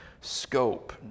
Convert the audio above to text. scope